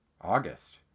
August